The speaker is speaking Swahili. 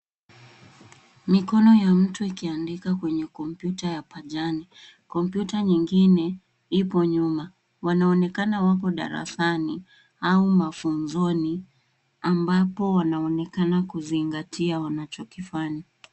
Mikono ya mtu ikiandika kwenye kompyuta ya pajani. Kompyuta nyingine ipo nyuma. Wanaonekana wako darasani au mafunzoni ambapo wanaonekana kuzingatia wanachokifanya.